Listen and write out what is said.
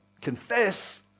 confess